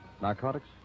Narcotics